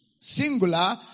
singular